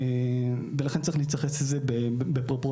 ולכן צריך להתייחס לזה בפרופורציה.